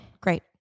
Great